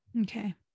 Okay